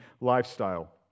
lifestyle